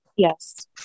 Yes